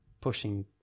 pushing